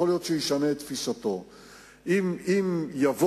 יכול להיות שהוא ישנה את תפיסתו.